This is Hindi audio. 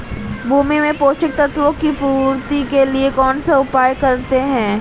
भूमि में पोषक तत्वों की पूर्ति के लिए कौनसा उपाय करते हैं?